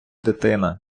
дитина